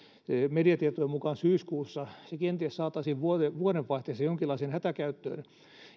mediatietojen mukaan syyskuussa se kenties saataisiin vuodenvaihteessa jonkinlaiseen hätäkäyttöön